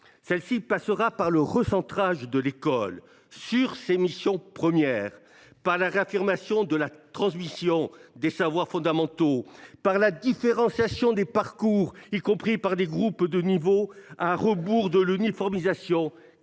Celle ci passera par le recentrage de l’école sur ses missions premières, par la réaffirmation de la transmission des savoirs fondamentaux, par la différenciation des parcours, y compris par des groupes de niveaux, à rebours de l’uniformisation, un